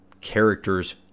characters